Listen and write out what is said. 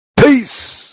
Peace